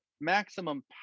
maximum